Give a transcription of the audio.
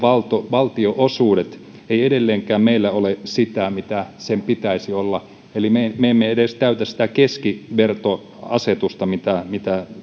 valtionosuudet eivät edelleenkään meillä ole sitä mitä niiden pitäisi olla eli me me emme edes täytä sitä keskivertoasetusta mitä mitä